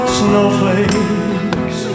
snowflakes